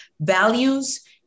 values